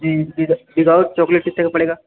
ji with without chocolate कितने का पड़ेगा